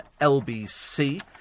LBC